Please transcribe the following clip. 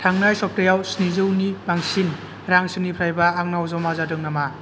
थांनाय सप्तायाव स्निजौनि बांसिन रां सोरनिफ्रायबा आंनाव जमा जादों नामा